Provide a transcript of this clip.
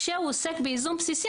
כשהוא עוסק בייזום בסיסי,